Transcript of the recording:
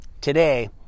today